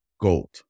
gold